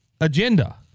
agenda